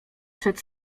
przed